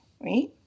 right